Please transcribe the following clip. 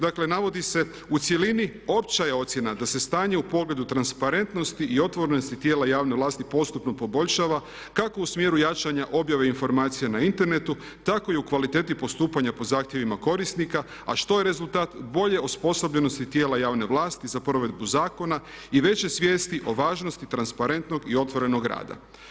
Dakle navodi se u cjelini, opća je ocjena da se stanje u pogledu transparentnosti i otvorenosti tijela javne vlasti postupno poboljšava kako u smjeru jačanja objave informacija na internetu tako i u kvaliteti postupanja po zahtjevima korisnika a što je rezultat bolje osposobljenosti tijela javne vlasti za provedbu zakona i veće svijesti o važnosti transparentnog i otvorenog rada.